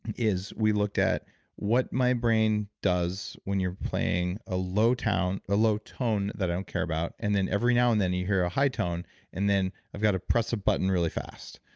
is we looked at what my brain does when you're playing a low ah low tone that i don't care about and then every now and then you hear a high tone and then i've got to press a button really fast,